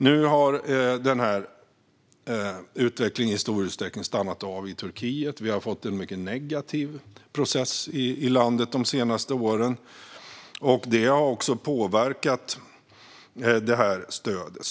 Nu har denna utveckling i stor utsträckning stannat av i Turkiet. Vi har fått en mycket negativ process i landet de senaste åren, och detta har påverkat stödet.